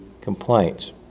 complaints